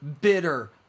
bitter